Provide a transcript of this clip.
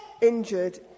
injured